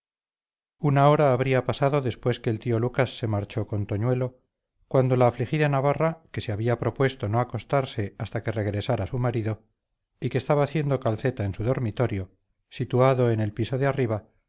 una hora habría pasado después que el tío lucas se marchó con toñuelo cuando la afligida navarra que se había propuesto no acostarse hasta que regresara su marido y que estaba haciendo calceta en su dormitorio situado en el piso de arriba